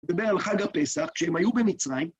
מדבר על חג הפסח, כשהם היו במצרים